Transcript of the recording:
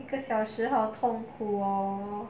一个小时好痛苦 oh